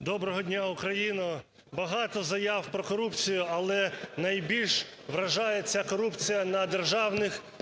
10:36:39 ЛЕЩЕНКО С.А. Доброго дня Україна. Багато заяв про корупцію, але найбільш вражає ця корупція на державних